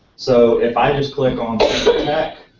so if i just click on cdtech,